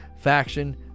Faction